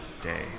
day